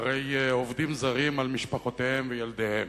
אחרי עובדים זרים, על משפחותיהם וילדיהם.